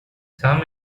some